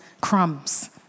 crumbs